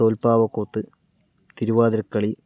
പുൽപ്പാവ കൂത് തിരുവാതിര കളി